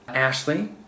Ashley